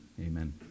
amen